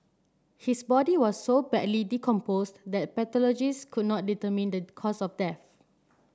his body was so badly decomposed that pathologists could not determine the cause of death